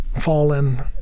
fallen